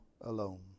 alone